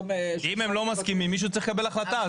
אם הם לא מסכימים, מישהו צריך לקבל החלטה.